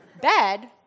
Bed